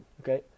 okay